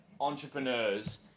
entrepreneurs